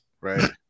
right